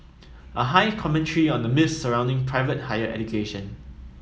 a high commentary on the myths surrounding private higher education